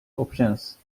options